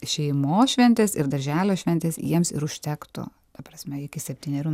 šeimos šventės ir darželio šventės jiems ir užtektų ta prasme iki septynerių